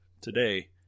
today